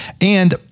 and-